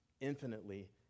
infinitely